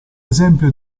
esempio